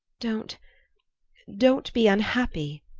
don't don't be unhappy,